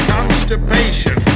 Constipation